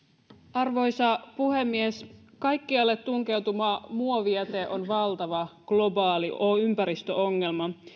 arvoisa puhemies kaikkialle tunkeutuva muovijäte on valtava globaali ympäristöongelma